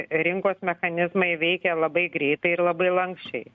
rinkos mechanizmai veikia labai greitai ir labai lanksčiai